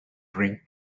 drink